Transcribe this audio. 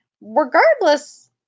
regardless